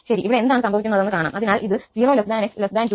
ശരി ഇവിടെ എന്താണ് സംഭവിക്കുന്നതെന്ന് കാണാൻ അതിനാൽ ഇത് 0 𝑥 2